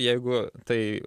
jeigu tai